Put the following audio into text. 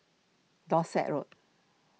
Dorset Road